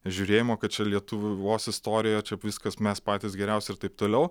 žiūrėjimo kad čia lietuvos istorija čia viskas mes patys geriausi ir taip toliau